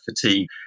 fatigue